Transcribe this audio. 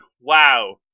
Wow